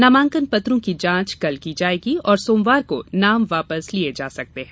नामांकन पत्रों की जांच कल की जाएगी और सोमवार को नाम वापस लिये जा सकते हैं